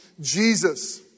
Jesus